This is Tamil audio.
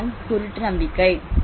அதுதான் குருட்டு நம்பிக்கை